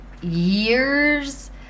years